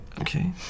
Okay